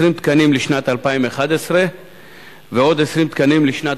20 תקנים לשנת 2011 ועוד 20 תקנים לשנת